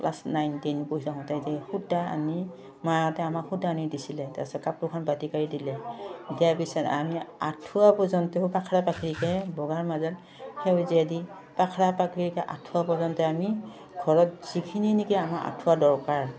class nine ten পঢ়ি থাকোঁতে যে সূতা আনি মাহঁতে আমাক সূতা আনি দিছিলে তাৰপিছত কাপোৰখন বাতিকাৰি দিলে দিয়াৰ পিছত আমি আঁঠুৱা পৰ্যন্তও পাখৰা পখৰিকৈ বগাৰ মাজত সেউজীয়া দি পাখৰা পাখৰিকৈ আঁঠুৱা পৰ্যন্ত আমি ঘৰত যিখিনি নেকি আমাৰ আঁঠুৱা দৰকাৰ